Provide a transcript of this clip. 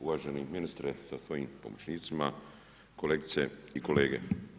Uvaženi ministre sa svojim pomoćnicima, kolegice i kolege.